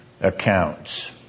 accounts